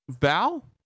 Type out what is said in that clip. val